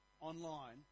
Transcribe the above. online